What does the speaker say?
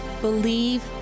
BELIEVE